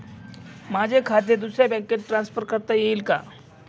माझे खाते दुसऱ्या बँकेत ट्रान्सफर करता येईल का?